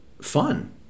fun